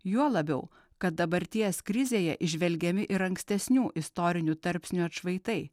juo labiau kad dabarties krizėje įžvelgiami ir ankstesnių istorinių tarpsnių atšvaitai